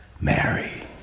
Mary